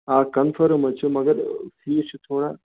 آ کَنٛفٲرٕم حظ چھُ مگر فیٖس چھُ تھوڑا